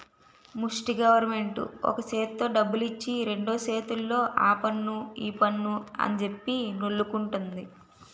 ముస్టి గవరమెంటు ఒక సేత్తో డబ్బులిచ్చి రెండు సేతుల్తో ఆపన్ను ఈపన్ను అంజెప్పి నొల్లుకుంటంది